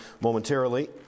momentarily